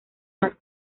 más